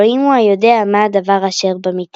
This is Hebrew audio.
אלהים הוא היודע, מה הדבר אשר במטה.